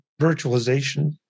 virtualization